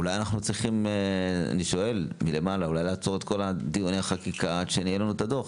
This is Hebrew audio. אולי אנחנו צריכים לעצור את כל דיוני החקיקה עד שיהיה לנו הדוח.